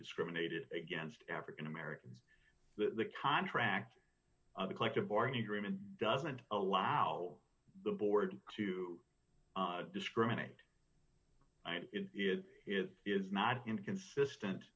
discriminated against african americans that the contract of the collective bargaining agreement doesn't allow the board to discriminate is it is not inconsistent